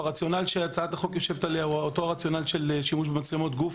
הרציונל שעליו הצעת החוק יושבת הוא אותו רציונל של שימוש במצלמות גוף,